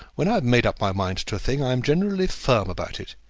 when i have made up my mind to a thing, i am generally firm about it.